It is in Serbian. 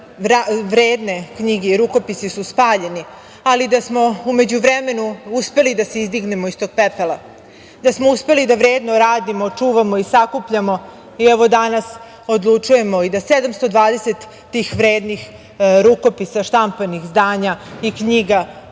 vredne knjige i rukopisi su spaljeni, ali da smo u međuvremenu uspeli da se izdignemo iz tog pepela, da smo uspeli da vredno radimo, čuvamo i sakupljamo, i evo danas odlučujemo i da 720 tih vrednih rukopisa štampanih zdanja i knjiga